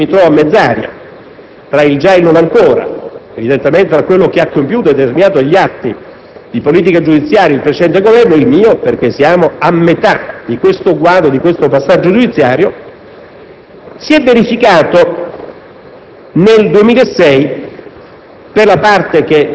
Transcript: Nell'esporre sinteticamente quanto nel corso del 2006 si è verificato nell'amministrazione della giustizia (mi trovo a mezz'aria, tra il già e il non ancora, tra quanto hanno compiuto e determinato agli atti di politica giudiziaria il Governo precedente ed il mio, in quanto siamo a metà di questo guado, di questo passaggio giudiziario),